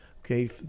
okay